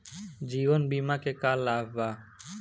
जीवन बीमा के का लाभ बा?